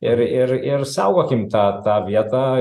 ir ir ir saugokim tą tą vietą